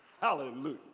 Hallelujah